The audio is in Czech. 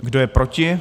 Kdo je proti?